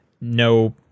No